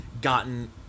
gotten